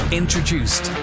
introduced